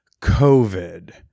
COVID